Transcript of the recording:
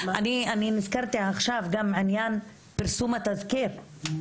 אני נזכרתי עכשיו גם עניין פרסום התזכיר,